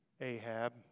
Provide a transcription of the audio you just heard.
Ahab